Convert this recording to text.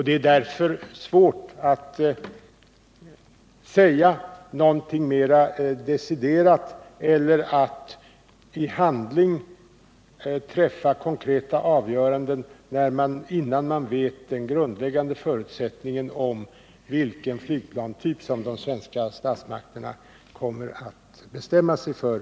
Det är därför svårt att säga något mer deciderat och att träffa konkreta avgöranden innan man vet den grundläggande förutsättningen — vilken flygplanstyp som de svenska statsmakterna kommer att bestämma sig för.